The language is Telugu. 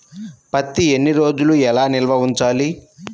పత్తి ఎన్ని రోజులు ఎలా నిల్వ ఉంచాలి?